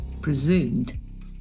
presumed